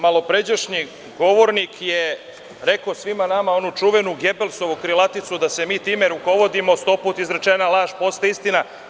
Malopređašnji govornik je rekao svima nama onu čuvenu Gebelsovu krilaticu, da se mi time rukovodimo – sto puta izrečena laž postaje istina.